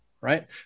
right